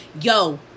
yo